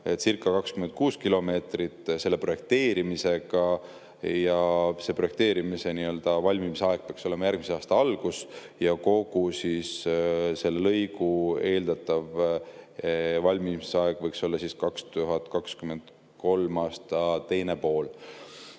oncirca26 kilomeetrit, selle projekteerimisega ja projekteerimise valmimise aeg peaks olema järgmise aasta algus ja kogu selle lõigu eeldatav valmimise aeg võiks olla 2023. aasta teine pool. Nüüd,